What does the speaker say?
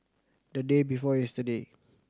the day before yesterday